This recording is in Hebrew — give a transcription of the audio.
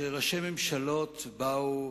שראשי ממשלות באו